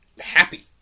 happy